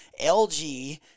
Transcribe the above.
LG